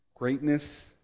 Greatness